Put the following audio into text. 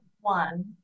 one